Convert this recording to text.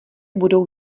budou